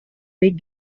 big